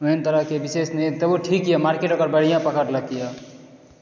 एहन तरह के विशेष नहि तैयो ठीक यऽ मार्केट ओकर बढ़िऑं पकड़लक यऽ